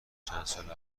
چندسال